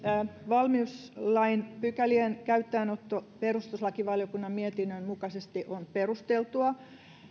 valmiuslain pykälien käyttöönotto perustuslakivaliokunnan mietinnön mukaisesti on perusteltua